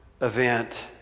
event